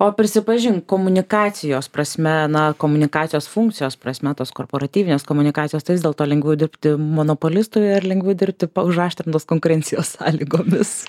o prisipažink komunikacijos prasme na komunikacijos funkcijos prasme tas korporatyvinės komunikacijos tai vis dėlto lengviau dirbti monopolistu ar lengviau dirbti užaštrintos konkurencijos sąlygomis